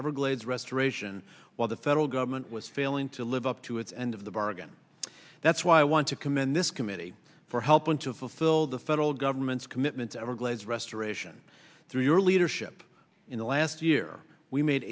everglades restoration while the federal government was failing to live up to its end of the bargain that's why i want to commend this committee for helping to fulfill the federal government's commitments everglades restoration through your leadership in the last year we made